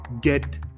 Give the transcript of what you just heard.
get